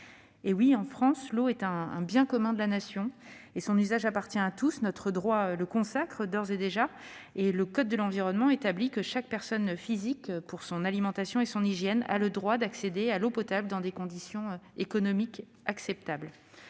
En France, l'eau est un bien commun de la Nation et son usage appartient à tous. Notre droit consacre d'ores et déjà cet objectif. Le code de l'environnement établit que « chaque personne physique, pour son alimentation et son hygiène, a le droit d'accéder à l'eau potable dans des conditions économiquement acceptables